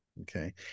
Okay